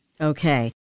Okay